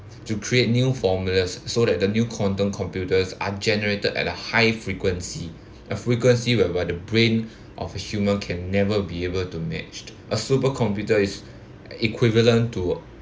to create new formulas so that the new quantum computers are generated at a high frequency a frequency whereby the brain of a human can never be able to matched a supercomputer is equivalent to